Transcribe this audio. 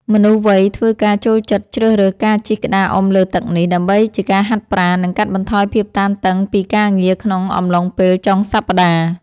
មនុស្សវ័យធ្វើការចូលចិត្តជ្រើសរើសការជិះក្តារអុំលើទឹកនេះ ដើម្បីជាការហាត់ប្រាណ និងកាត់បន្ថយភាពតានតឹងពីការងារក្នុងអំឡុងពេលចុងសប្ដាហ៍។